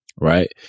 right